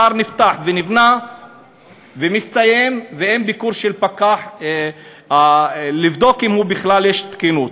אתר נפתח ונבנה ומסתיים ואין ביקור של פקח לבדוק אם בכלל יש תקינות.